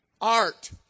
art